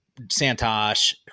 Santosh